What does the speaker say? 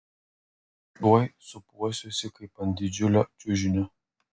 tuoj sūpuosiuosi kaip ant didžiulio čiužinio